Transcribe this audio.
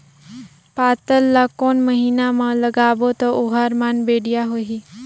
पातल ला कोन महीना मा लगाबो ता ओहार मान बेडिया होही?